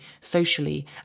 socially